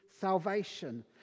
salvation